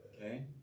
okay